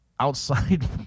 outside